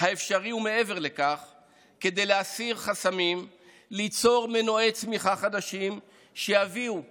והאפשרי ומעבר לכך כדי להסיר חסמים וליצור מנועי צמיחה חדשים שיביאו